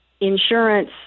insurance